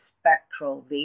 spectral